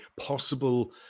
possible